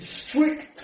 strict